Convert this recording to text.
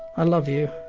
i love you.